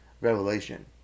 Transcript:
revelation